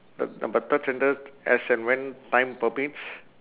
the number third sentence as and when time permits